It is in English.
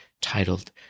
titled